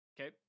Okay